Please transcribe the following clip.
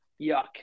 yuck